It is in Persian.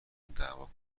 تنددعوا